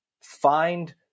find